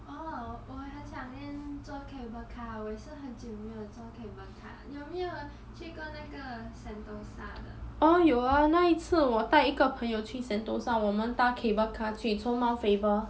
orh 我也很想念坐 cable car 我也是很久没有坐 cable car 了你有没有去那个 sentosa 的